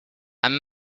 and